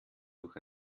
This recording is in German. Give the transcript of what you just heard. durch